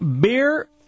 beer